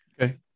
Okay